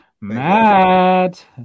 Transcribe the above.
Matt